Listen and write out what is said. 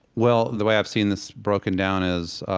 well, the way i've seen this broken down is,